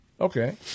okay